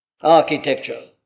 Architecture